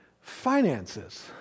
finances